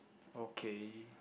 okay